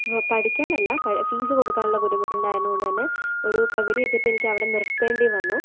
ഇപ്പോൾ പഠിക്കാനല്ല പ് ഫീസ് കൊടുക്കാനുള്ള ബുദ്ധിമുട്ടുണ്ടായിരുന്നത് കൊണ്ടുതന്നെ ഒരു പകുതി എത്തിയപ്പോൾ എനിക്കവിടെ നിർത്തേണ്ടി വന്നു